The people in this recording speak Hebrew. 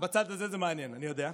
בצד הזה זה מעניין, אני יודע.